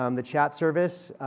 um the chat service,